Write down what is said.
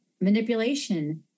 manipulation